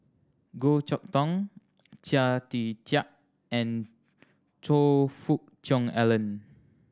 Goh Chok Tong Chia Tee Chiak and Choe Fook Cheong Alan